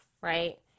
right